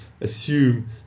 assume